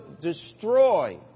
destroy